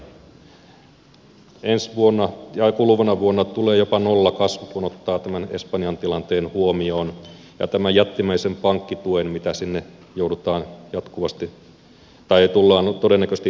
saattaa olla että ensi vuonna ja kuluvana vuonna tulee jopa nollakasvu kun ottaa tämän espanjan tilanteen huomioon ja tämän jättimäisen pankkituen mitä sinne tullaan todennäköisesti antamaan